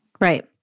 Right